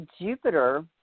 Jupiter